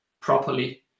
properly